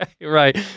Right